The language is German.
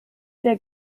der